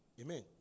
Amen